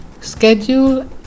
schedule